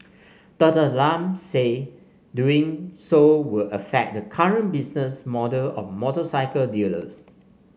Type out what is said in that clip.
Doctor Lam said doing so will affect the current business model of motorcycle dealers